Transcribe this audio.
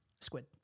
Squid